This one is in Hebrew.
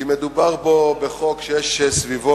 כי מדובר פה בחוק שיש סביבו,